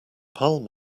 palm